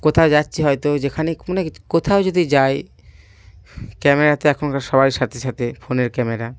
কোথাও যাচ্ছি হয়তো যেখানে মানে কোথাও যদি যাই ক্যামেরা তো এখনকার সবার সাথে সাথে ফোনের ক্যামেরা